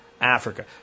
Africa